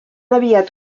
aviat